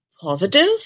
positive